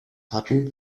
hatten